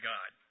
God